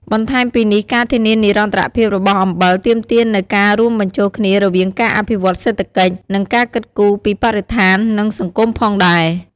បន្ថែមពីនេះ ការធានានិរន្តរភាពរបស់អំបិលទាមទារនូវការរួមបញ្ចូលគ្នារវាងការអភិវឌ្ឍន៍សេដ្ឋកិច្ច និងការគិតគូរពីបរិស្ថាន និងសង្គមផងដែរ។